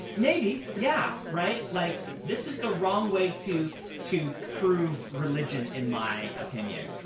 maybe, yeah. right? like this is the wrong way to to prove religion in my opinion.